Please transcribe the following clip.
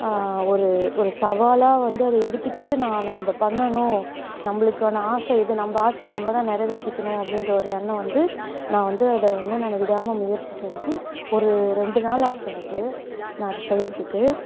ஒரு ஒரு சவாலாக வந்து அதை எடுத்துக்கிட்டு நான் நம்ம பண்ணணும் நம்மளுக்கான ஆசை இது நம்ம ஆசைய நம்மதான் நிறைவேற்றிக்கணும் அப்படீன்ற ஒரு எண்ணம் வந்து நான் வந்து அதை வந்து அதை விடாமல் முயற்சி செஞ்சு ஒரு ரெண்டு நாள் ஆச்சு எனக்கு நான் அதை செய்கிறதுக்கு